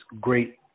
great